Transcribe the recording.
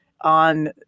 on